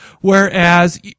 whereas